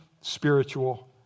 spiritual